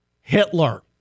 Hitler